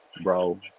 Bro